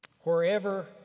Wherever